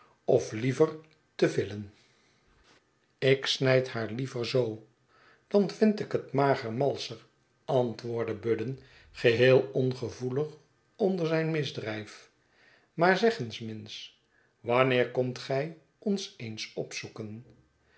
of liever te villen schetsen van boz ik snijd haar liever zoo dan vind ik het mager malscher antwoordde budden geheel ongevoelig onder zijn misdrijf maar zeg eens minns wanneer komt gij ons eens opzoeken